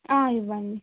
ఇవ్వండి